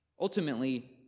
Ultimately